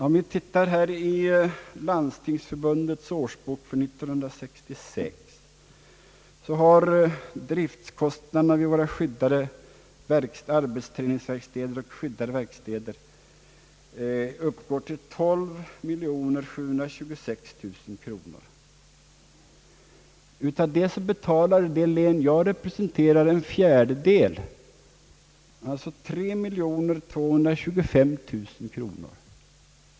Om vi tittar i Landstingsförbundets årsbok för 1966, så finner vi att driftkostnaderna för arbetsverkstäder och våra skyddade arbetsträningsverkstäder och skyddade verkstäder uppgått till 12726 000 kronor. Av detta betalar det län som jag representerar en fjärdedel, alltså 3 225 000 kronor.